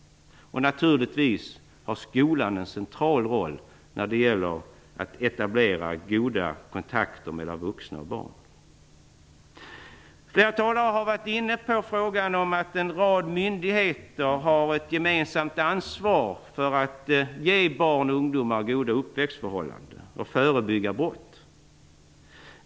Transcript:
Naturligtvis har skolan en central roll när det gäller att etablera goda kontakter mellan vuxna och barn. Flera talare har varit inne på frågan om att en rad myndigheter har ett gemensamt ansvar för att ge barn och ungdomar goda uppväxtförhållanden och förebygga brott.